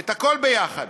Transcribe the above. את הכול ביחד,